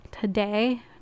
today